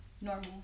normal